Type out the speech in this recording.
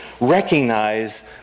recognize